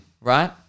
right